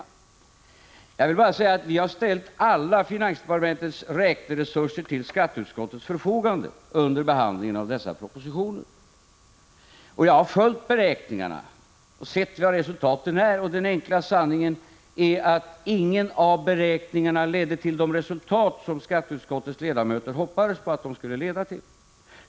Vi har ställt alla finansdepartementets räkneresurser till Prot. 1985/86:158 skatteutskottets förfogande under behandlingen av de aktuella propositio 2 juni 1986 nerna. Jag har följt beräkningarna och sett vilka resultat som man har kommit fram till. Den enkla sanningen är att ingen av beräkningarna ledde till de resultat som skatteutskottets ledamöter hoppades på.